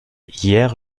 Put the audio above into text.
hier